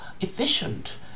efficient